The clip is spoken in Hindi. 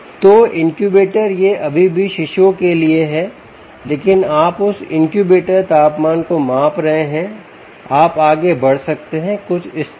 तो इनक्यूबेटर यह अभी भी शिशुओं के लिए है लेकिन आप उस इनक्यूबेटर तापमान को माप रहे हैं आप आगे बढ़ सकते हैं कुछ इस तरह